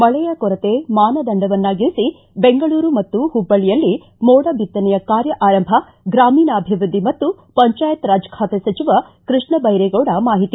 ಮಳೆಯ ಕೊರತೆ ಮಾನದಂಡವನ್ನಾಗಿರಿಸಿ ಬೆಂಗಳೂರು ಮತ್ತು ಹುಬ್ಬಳ್ಳಿಯಲ್ಲಿ ಮೋಡ ಬಿತ್ತನೆಯ ಕಾರ್ಯ ಆರಂಭ ಗ್ರಾಮೀಣಾಭಿವೃದ್ಧಿ ಮತ್ತು ಪಂಚಾಯತ್ ರಾಜ್ ಖಾತೆ ಸಚಿವ ಕೃಷ್ಣ ಬೈರೇಗೌಡ ಮಾಹಿತಿ